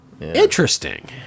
Interesting